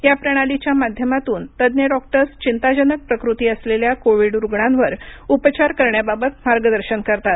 या प्रणालीच्या माध्यमातून तज्ज्ञ डॉक्टर्स चिंताजनक प्रकृती असलेल्या कोविड रुग्णांवर उपचार करण्याबाबत मार्गदर्शन करतात